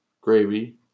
gravy